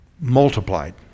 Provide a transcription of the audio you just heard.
multiplied